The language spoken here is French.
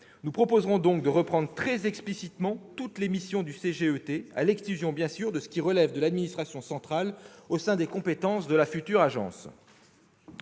Nous proposerons donc de reprendre très explicitement toutes les missions du CGET, à l'exclusion bien sûr de ce qui relève de l'administration centrale, au sein des compétences de la future agence.